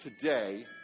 today